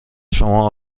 شما